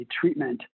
treatment